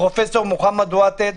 פרופ' מוחמד ותד,